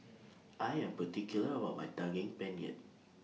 I Am particular about My Daging Penyet